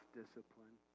discipline